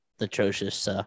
atrocious